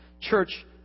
Church